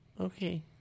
okay